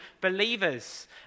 believers